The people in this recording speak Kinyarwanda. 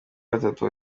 batatu